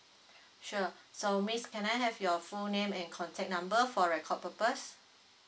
sure so miss can I have your full name and contact number for record purpose